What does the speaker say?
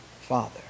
Father